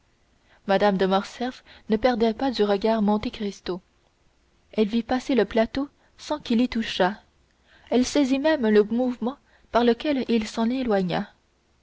mme de morcerf ne perdait pas du regard monte cristo elle vit passer le plateau sans qu'il y touchât elle saisit même le mouvement par lequel il s'en